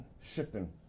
shifting